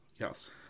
Yes